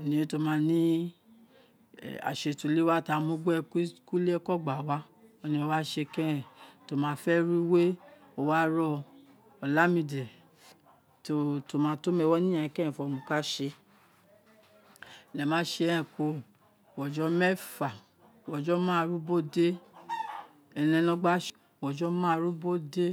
oniye tomarie asetuliog ti a mu gbe kuri amo ulieko gba wa o ne wa sēē kereṅ toma fẹ rolue wa roo ọ laami de to mato me wo ni iyanyin kerento mo kase e̱we̱ ma se eṛe̱n wē kuro, ughojo̱ meeta ughojọ maaru biri ode ene nogba ughojo maaru bili ode.